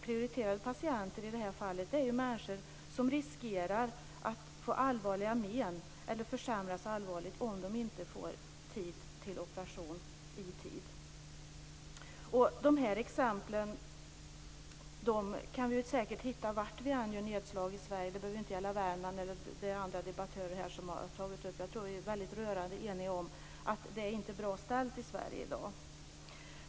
Prioriterade patienter är i det här fallet människor som riskerar att få allvarliga men eller ett allvarligt försämrat tillstånd om de inte får operation i tid. Liknande exempel kan vi säkert hitta var vi än gör nedslag i Sverige. Det behöver inte bara gälla Värmland, utan andra debattörer har också tagit upp detta. Vi är rörande eniga om att det inte är bra ställt i Sverige i dag.